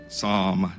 psalm